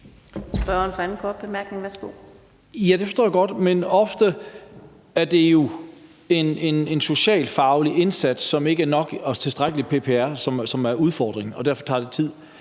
Ja, det forstår jeg godt, men ofte er det jo en socialfaglig indsats, som ikke er nok, og det er tilstrækkelig PPR, som er udfordringen, og derfor tager det tid.